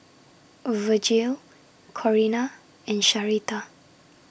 Virgil Corina and Sharita